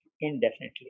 indefinitely